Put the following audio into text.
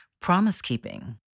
Promise-keeping